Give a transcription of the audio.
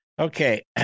Okay